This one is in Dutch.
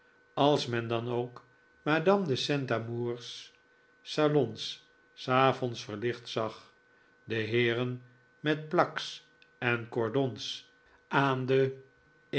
als men dan ook madame de saint amour's salons s avonds verlicht zag de heeren met plaques en cordons aan de